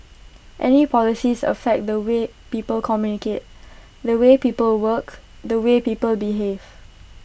any policies affect the way people communicate the way people work the way people behave